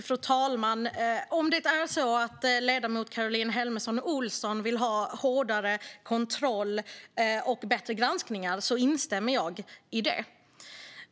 Fru talman! Om det är så att ledamoten Caroline Helmersson Olsson vill ha hårdare kontroll och bättre granskningar instämmer jag i det.